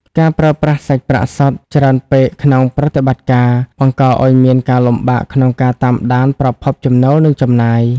ការប្រើប្រាស់សាច់ប្រាក់សុទ្ធ ច្រើនពេកក្នុងប្រតិបត្តិការ បង្កឱ្យមានការលំបាកក្នុងការតាមដានប្រភពចំណូល និងចំណាយ។